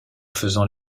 faisant